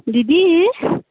दिदी